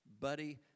buddy